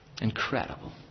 Incredible